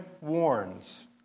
warns